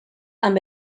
amb